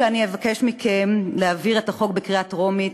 כשאני אבקש מכם להעביר את החוק בקריאה טרומית,